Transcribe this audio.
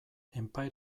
empire